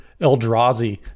Eldrazi